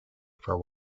for